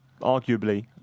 arguably